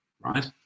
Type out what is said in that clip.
right